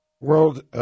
World